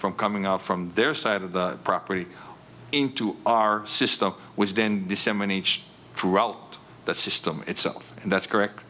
from coming out from their side of the property into our system which then disseminates throughout the system itself and that's correct